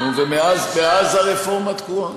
אז מה?